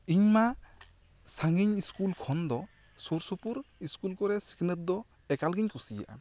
ᱤᱧ ᱢᱟ ᱥᱟ ᱜᱤᱧ ᱤᱥᱠᱩᱞ ᱠᱷᱚᱱ ᱫᱚ ᱥᱩᱨ ᱥᱩᱯᱩᱨ ᱤᱥᱠᱩᱞ ᱠᱚᱨᱮ ᱥᱤᱠᱷᱱᱟᱹᱛ ᱫᱚ ᱮᱠᱟᱞ ᱜᱮᱧ ᱠᱩᱥᱤᱭᱟᱜᱼᱟ